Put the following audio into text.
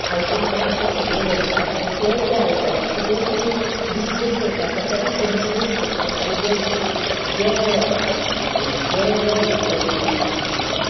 items आसा ते सगळे व्हरतात आनी जे ते आयटमांतले जे किदें डिस्पोज करपाक आसा ते डिसपोज करतात आनी जे जे जे